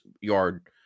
yard